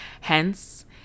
Hence